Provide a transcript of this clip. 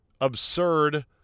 absurd